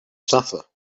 suffer